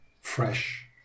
Fresh